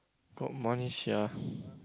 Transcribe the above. put money sia